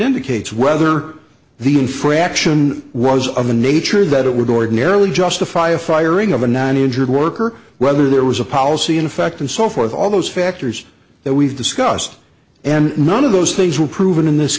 the case whether the infraction was of a nature that it were gordon early justify a firing of a nine injured worker whether there was a policy in effect and so forth all those factors that we've discussed and none of those things were proven in this